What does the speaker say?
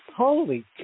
Holy